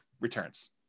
returns